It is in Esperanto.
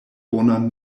bonan